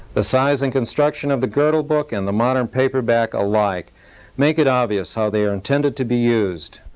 the size and construction of the girdle book and the modern paperback alike make it obvious how they are intended to be used.